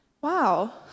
wow